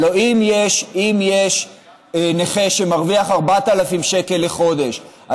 הלוא אם יש נכה שמרוויח 4,000 שקל לחודש,